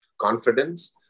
confidence